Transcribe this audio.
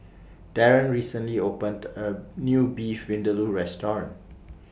Darren recently opened A New Beef Vindaloo Restaurant